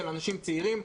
של אנשים צעירים.